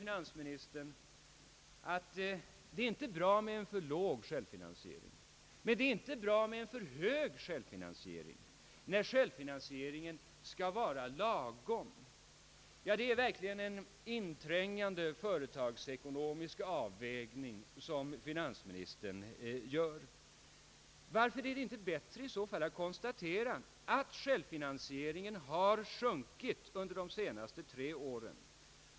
Finansministern säger att det inte är bra med en för låg självfinansiering men att det inte heller är bra med en för hög självfinansiering. Självfinansieringen skall vara lagom. Det är verkligen en inträngande företagsekonomisk avvägning som finansministern gör. Vore det inte rejälare att bara konstatera att självfinansieringen har minskat under de senaste tre åren?